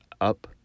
up